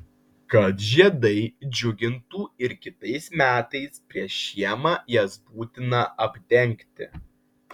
kad žiedai džiugintų ir kitais metais prieš žiemą jas būtina apdengti